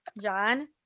John